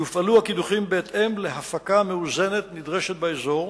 יופעלו הקידוחים בהתאם להפקה מאוזנת נדרשת באזור,